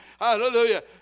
Hallelujah